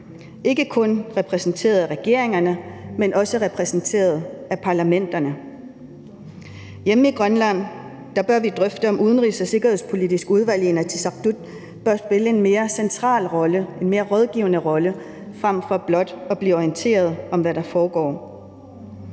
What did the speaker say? ikke kun repræsenteret af regeringerne, men også repræsenteret af parlamenterne. Hjemme i Grønland bør vi drøfte, om det udenrigs- og sikkerhedspolitiske udvalg i naalakkersuisut bør spille en mere central rolle, altså en mere rådgivende rolle, frem for blot at blive orienteret om, hvad der foregår.